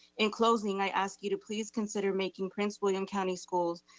in closing, i ask you to please consider making prince william county schools,